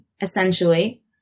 essentially